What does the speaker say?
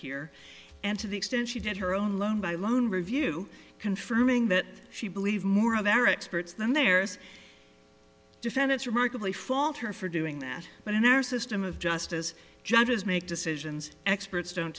here and to the extent she did her own loan by loan review confirming that she believes more of their experts then there is defendants remarkably fault her for doing that but in our system of justice judges make decisions experts don't